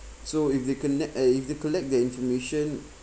so if they connect uh if they collect the information